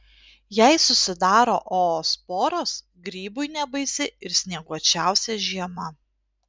jei susidaro oosporos grybui nebaisi ir snieguočiausia žiema